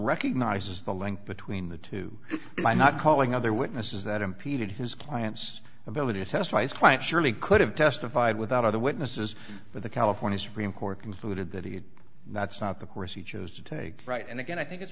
recognizes the link between the two i'm not calling other witnesses that impeded his client's ability to testify his client surely could have testified without other witnesses but the california supreme court concluded that he had that's not the course he chose to take right and again i think it's